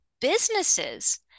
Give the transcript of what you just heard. businesses